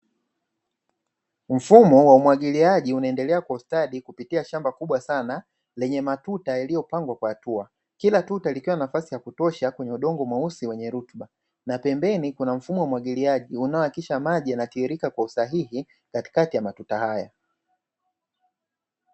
Mfumo wa umwagiliaji unaendelea kustadi kupitia shamba kubwa sana, lenye matuta yaliyopangwa kwa hatua kila tu utalipiwa nafasi ya kutosha kwenye udongo mweusi wenye rutuba, na pembeni kuna mfumo wa umwagiliaji unaowakisha maji yanatiririka kwa usahihi katikati ya matuta haya.